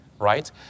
right